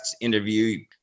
interview